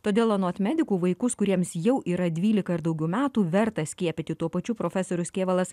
todėl anot medikų vaikus kuriems jau yra dvylika ir daugiau metų verta skiepyti tuo pačiu profesorius kėvalas